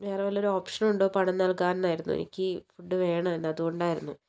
വേറെ വാല്ലൊരു ഓപ്ഷനുണ്ടോ പണം നൽകാൻന്നായിരുന്നു എനിക്ക് ഫുഡ് വേണം എന്നത് കൊണ്ടായിരുന്നു